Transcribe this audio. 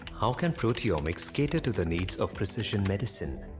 how can proteomics cater to the needs of precision medicine?